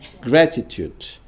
gratitude